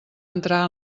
entrar